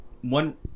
one